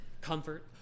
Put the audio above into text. comfort